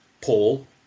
Paul